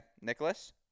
Nicholas